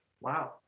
Wow